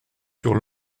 sur